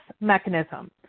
mechanism